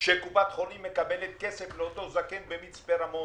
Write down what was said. שקופת חולים מקבלת כסף לאותו זקן במצפה רמון